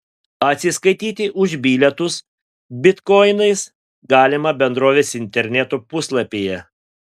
atsiskaityti už bilietus bitkoinais galima bendrovės interneto puslapyje